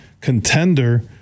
contender